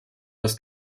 das